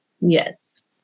Yes